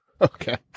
Okay